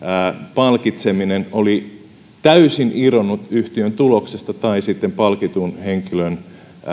palkitseminen oli täysin irronnut yhtiön tuloksesta tai sitten palkitun henkilön